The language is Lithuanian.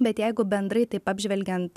bet jeigu bendrai taip apžvelgiant